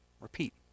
repeat